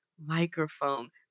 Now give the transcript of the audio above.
microphone